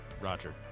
Roger